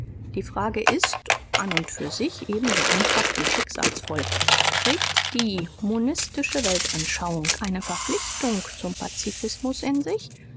die frage ist an u für sich ebenso einfach wie schicksalsvoll trägt die mon weltanschauung eine verpflichtung zum paz in sich